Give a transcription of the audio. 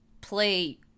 play